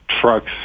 trucks